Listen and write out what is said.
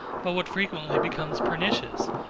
but what frequently becomes pernicious,